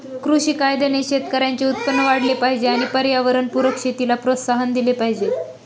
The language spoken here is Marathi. कृषी कायद्याने शेतकऱ्यांचे उत्पन्न वाढले पाहिजे आणि पर्यावरणपूरक शेतीला प्रोत्साहन दिले पाहिजे